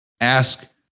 ask